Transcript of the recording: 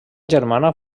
germana